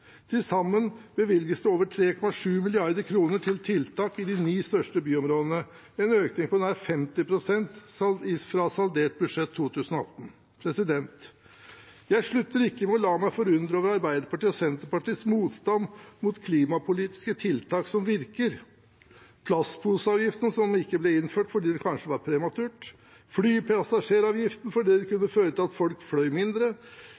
Til sammen bevilges det over 3,7 mrd. kr til tiltak i de ni største byområdene, en økning på nær 50 pst. fra saldert nasjonalbudsjett for 2018. Jeg slutter ikke å la meg forundre over Arbeiderpartiets og Senterpartiets motstand mot klimapolitiske tiltak som virker – plastposeavgiften, som ikke ble innført fordi det kanskje var prematurt, flypassasjeravgiften, fordi det kunne føre til at folk fløy mindre,